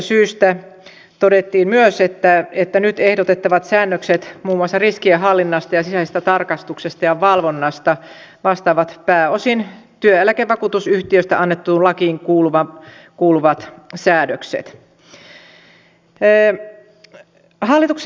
siitä syystä todettiin myös että nyt ehdotettavat säännökset muun muassa riskien hallinnasta ja sisäisestä tarkastuksesta ja valvonnasta vastaavat pääosin työeläkevakuutusyhtiöstä annettuun lakiin kuuluvia säädöksiä